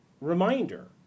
reminder